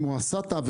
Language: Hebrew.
אם הוא עשה את העבירה,